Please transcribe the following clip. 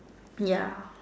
ya